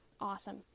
Awesome